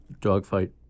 Dogfight